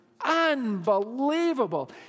Unbelievable